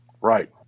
Right